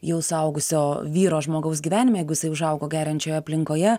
jau suaugusio vyro žmogaus gyvenime jeigu jisai užaugo geriančiojo aplinkoje